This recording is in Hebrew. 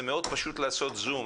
זה מאוד פשוט לעשות זום,